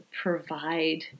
provide